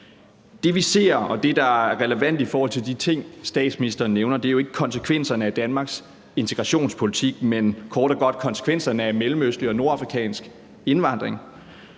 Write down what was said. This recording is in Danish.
Det, vi ser, og det, der er relevant i forhold til de ting, statsministeren nævner, er jo ikke konsekvenserne af Danmarks integrationspolitik, men kort og godt konsekvenserne af mellemøstlig og nordafrikansk indvandring.